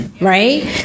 Right